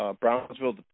Brownsville